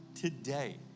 today